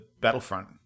Battlefront